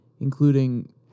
including